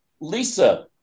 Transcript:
Lisa